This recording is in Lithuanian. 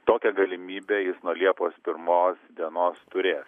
tokią galimybę jis nuo liepos pirmos dienos turės